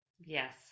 Yes